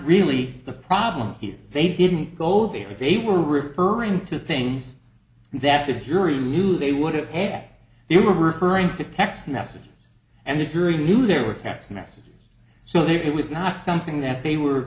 really the problem here they didn't go there if they were referring to things that the jury knew they would have had they were referring to text messages and the jury knew there were text messages so that it was not something that they were